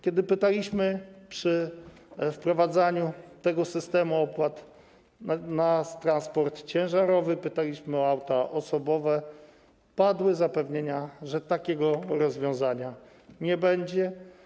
Kiedy pytaliśmy o wprowadzanie tego systemu opłat w przypadku transportu ciężarowego, pytaliśmy o auta osobowe, padły zapewnienia, że takiego rozwiązania nie będzie.